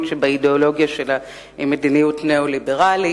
שבאידיאולוגיה שלה היא מדיניות ניאו-ליברלית.